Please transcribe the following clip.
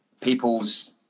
people's